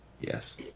Yes